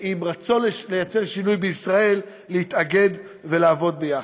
עם רצון ליצור שינוי בישראל, להתאגד ולעבוד יחד.